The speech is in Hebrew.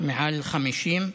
מעל 50,